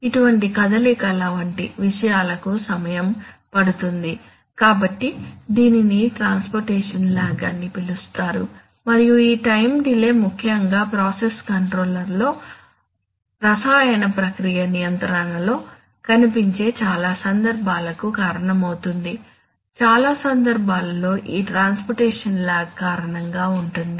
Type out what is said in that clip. ఇటువంటి కదలికల వంటి విషయాల కు సమయం పడుతుంది కాబట్టి దీనిని ట్రాన్స్పోర్టేషన్ లాగ్ అని పిలుస్తారు మరియు ఈ టైం డిలే ముఖ్యంగా ప్రాసెస్ కంట్రోల్లో రసాయన ప్రక్రియ నియంత్రణ లో కనిపించే చాలా సందర్భాలకు కారణమవుతుంది చాలా సందర్భాలలో ఈ ట్రాన్స్పోర్టేషన్ లాగ్ కారణంగా ఉంటుంది